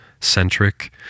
centric